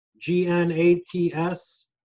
G-N-A-T-S